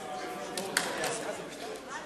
מי